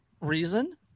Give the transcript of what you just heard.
reason